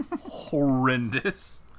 horrendous